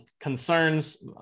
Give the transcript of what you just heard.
concerns